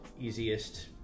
easiest